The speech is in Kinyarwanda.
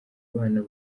abana